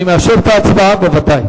אני מאשר את ההצבעה בוודאי.